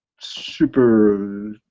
super